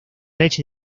leche